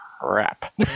crap